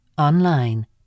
Online